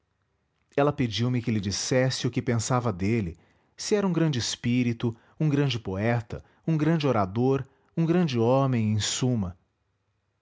ela pediu-me que lhe dissesse o que pensava dele se era um grande espírito um grande poeta um grande orador um grande homem em suma